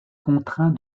contraint